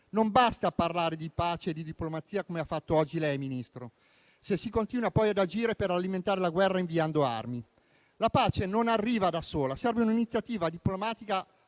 Non basta parlare di pace e di diplomazia come ha fatto oggi lei, Ministro, se si continua poi ad agire per alimentare la guerra inviando armi. La pace non arriva da sola: serve un'iniziativa diplomatica